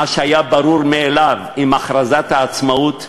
מה שהיה ברור מאליו עם הכרזת העצמאות,